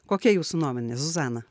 kokia jūsų nuomonė zuzana